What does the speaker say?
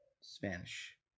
Spanish